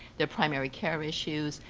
the primary care issues.